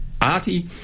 arty